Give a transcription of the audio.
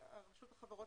רשות החברות